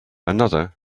another